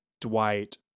Dwight